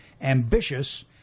ambitious